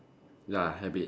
ya habit